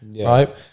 right